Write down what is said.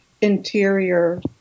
interior